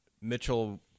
Mitchell